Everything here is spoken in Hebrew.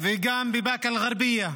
וגם בבאקה אל-גרבייה.